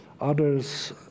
others